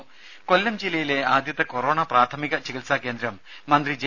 രുര കൊല്ലം ജില്ലയിലെ ആദ്യത്തെ കൊറോണ പ്രാഥമിക ചികിത്സാകേന്ദ്രം മന്ത്രി ജെ